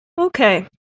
okay